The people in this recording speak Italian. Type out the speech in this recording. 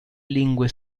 lingue